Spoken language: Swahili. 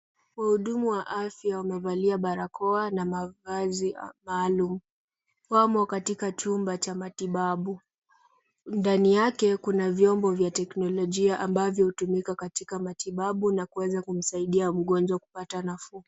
Wahudumu wa afya wamevalia barakoa na mavazi maalum. Wamo katika chumba cha matibabu. Ndani yake kuna vyombo vya teknolojia ambavyo hutumika katika matibabu na kuweza kumsaidia mgonjwa kupata nafuu.